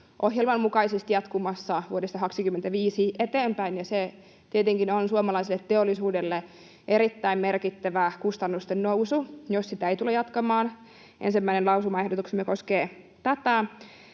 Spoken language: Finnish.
hallitusohjelman mukaisesti jatkumassa vuodesta 25 eteenpäin, ja se tietenkin on suomalaiselle teollisuudelle erittäin merkittävä kustannusten nousu, jos sitä ei tulla jatkamaan. Ensimmäinen lausumaehdotuksemme koskee tätä.